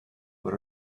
but